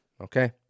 okay